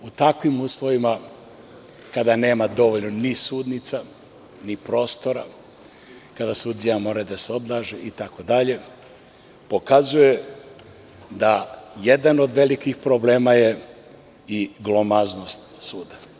U takvim uslovima, kada nema dovoljno ni sudnica, ni prostora, kada suđenje mora da se odloži, itd, pokazuje da jedan od velikih problema je i glomaznost suda.